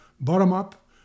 bottom-up